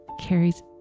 carries